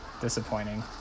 disappointing